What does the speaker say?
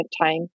time